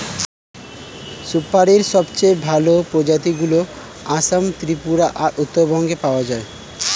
সুপারীর সবচেয়ে ভালো প্রজাতিগুলো আসাম, ত্রিপুরা আর উত্তরবঙ্গে পাওয়া যায়